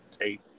Eight